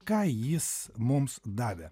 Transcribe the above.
ką jis mums davė